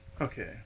Okay